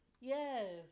Yes